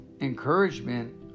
encouragement